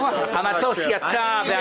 המטוס יצא.